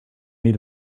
need